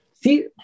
See